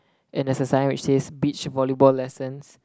and there's a sign which says beach volleyball lessons